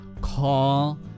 Call